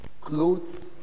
Clothes